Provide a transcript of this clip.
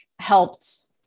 helped